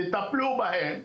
תטפלו בהם,